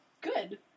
Good